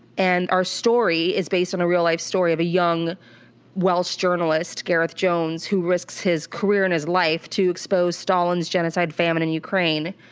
and our story is based on a real life story of a young welsh journalist, gareth jones, who risks his career and his life to expose stalin's genocide famine in ukraine,